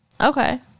Okay